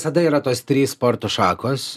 tada yra tos trys sporto šakos